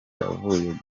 avuye